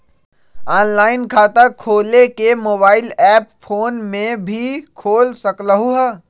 Online खाता खोले के मोबाइल ऐप फोन में भी खोल सकलहु ह?